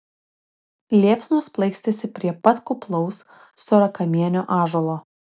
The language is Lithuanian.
liepsnos plaikstėsi prie pat kuplaus storakamienio ąžuolo